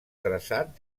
traçat